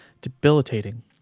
debilitating